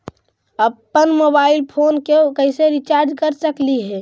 अप्पन mobile phone के कैसे रिचार्ज कर सकली हे?